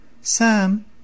Sam